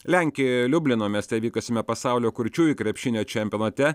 lenkijoje liublino mieste vykusiame pasaulio kurčiųjų krepšinio čempionate